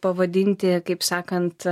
pavadinti kaip sakant